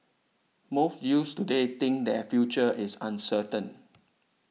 most youths today think that their future is uncertain